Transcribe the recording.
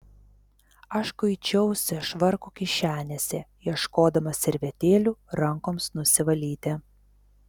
aš kuičiausi švarko kišenėse ieškodamas servetėlių rankoms nusivalyti